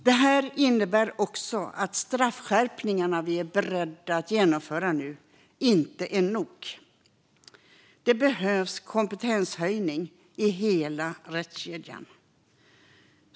Detta innebär också att de straffskärpningar vi nu är beredda att genomföra inte är nog. Det behövs kompetenshöjning i hela rättskedjan.